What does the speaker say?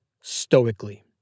stoically